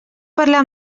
parlar